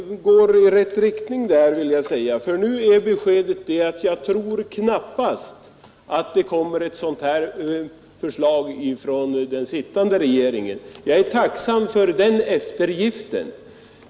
Herr talman! Det börjar gå i rätt riktning. Nu ger jordbruksministern beskedet att han knappast tror att något sådant förslag kommer att framläggas från den sittande regeringen. Jag är tacksam för den eftergiften.